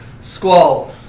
Squall